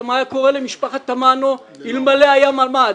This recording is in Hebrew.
קורה למשפחת תמנו אלמלא היה ממ"ד.